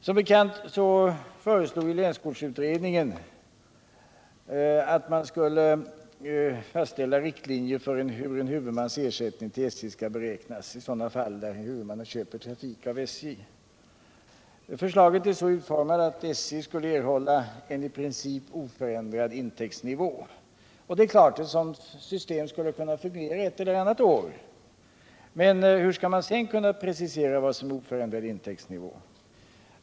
Som bekant föreslog länskortsutredningen att man skulle fastställa riktlinjer för hur en huvudmans ersättning till SJ skall beräknas i sådana fall där huvudmannen köper trafik av SJ. Förslaget är så utformat att SJ skulle erhålla en i princip oförändrad intäktsnivå. Ett sådant system skulle naturligtvis kunna fungera ett eller annat år. Men hur skall man sedan kunna precisera vad som är oförändrad intäktsnivå?